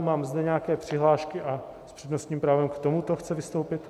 Mám zde nějaké přihlášky a s přednostním právem k tomuto chce vystoupit...?